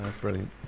Brilliant